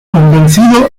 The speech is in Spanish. convencido